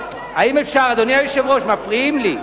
אדוני היושב-ראש, מפריעים לי.